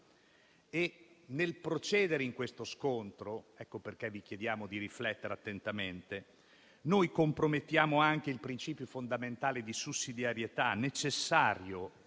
Nel procedere in questo scontro - ecco perché vi chiediamo di riflettere attentamente - noi compromettiamo anche il principio fondamentale di sussidiarietà, necessario